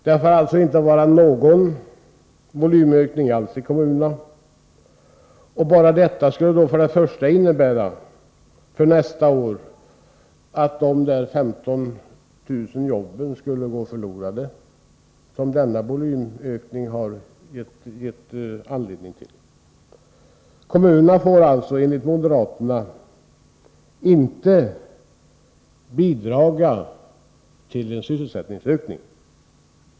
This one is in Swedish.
Det får således inte vara någon volymökning alls i kommunerna, och bara detta skulle för nästa år innebära, att de 15 000 jobb som volymökningen gett upphov till skulle gå förlorade. Kommunerna får alltså enligt moderaterna inte bidra till en sysselsättningsökning.